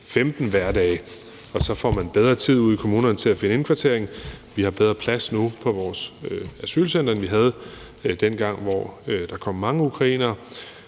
15 hverdage. Så får man bedre tid ude i kommunerne til at finde indkvartering. Vi har bedre plads nu på vores asylcentre, end vi havde, dengang der kom mange ukrainere.